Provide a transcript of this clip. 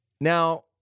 Now